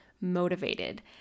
Motivated